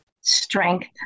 strength